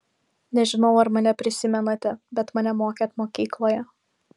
nežinau ar mane prisimenate bet mane mokėt mokykloje